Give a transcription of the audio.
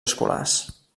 escolars